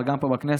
אבל גם פה בכנסת,